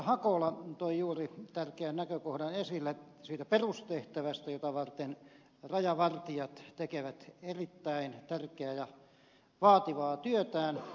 hakola toi juuri tärkeän näkökohdan esille siitä perustehtävästä jota varten rajavartijat tekevät erittäin tärkeää ja vaativaa työtään